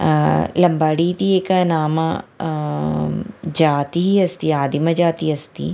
लम्बाडि इति एकं नाम जातिः अस्ति आदिमजातिः अस्ति